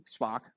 Spock